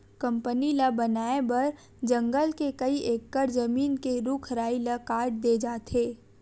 company ल बनाए बर जंगल के कइ एकड़ जमीन के रूख राई ल काट दे जाथे